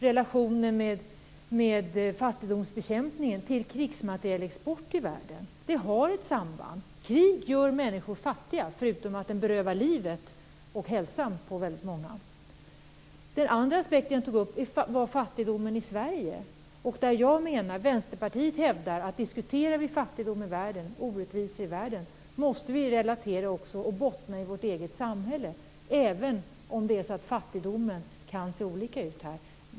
Relationen mellan fattigdomsbekämpningen och krigsmaterielexport i världen har ett samband. Krig gör människor fattiga, förutom att väldigt många människor berövas liv och hälsa. En annan aspekt som jag tog upp gällde fattigdomen i Sverige. Vi i Vänsterpartiet hävdar att vi, om vi diskuterar fattigdom och orättvisor i världen, måste relatera till och bottna i vårt eget samhälle, även om fattigdomen kan se olika ut här.